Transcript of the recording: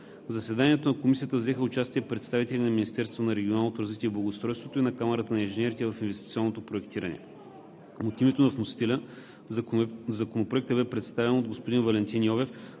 В заседанието на Комисията взеха участие представители на Министерството на регионалното развитие и благоустройството и на Камарата на инженерите в инвестиционното проектиране. От името на вносителя Законопроектът бе представен от господин Валентин Йовев